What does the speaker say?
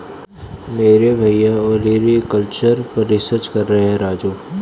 मेरे भैया ओलेरीकल्चर पर रिसर्च कर रहे हैं राजू